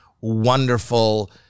wonderful